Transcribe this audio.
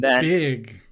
big